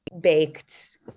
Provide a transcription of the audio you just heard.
baked